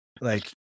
like-